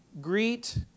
Greet